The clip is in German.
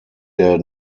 der